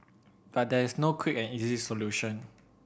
but there is no quick and easy solution